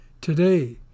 Today